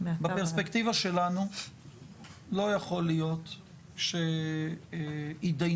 בפרספקטיבה שלנו לא יכול להיות שהתדיינות